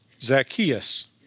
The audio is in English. Zacchaeus